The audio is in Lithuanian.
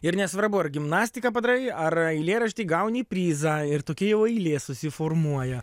ir nesvarbu ar gimnastiką padarai ar eilėraštį gauni prizą ir tokia jau eilė susiformuoja